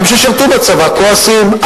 גם ששירתו בצבא, כועסים.